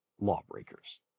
lawbreakers